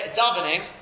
davening